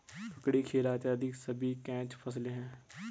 ककड़ी, खीरा इत्यादि सभी कैच फसलें हैं